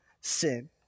sin